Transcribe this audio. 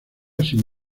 sin